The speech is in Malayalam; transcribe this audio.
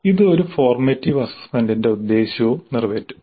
ഇത് ഒരു ഫോർമാറ്റീവ് അസസ്മെന്റിന്റെ ഉദ്ദേശ്യവും നിറവേറ്റും